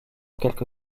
quelque